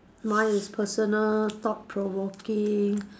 mine is personal thought provoking